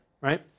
right